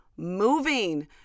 Moving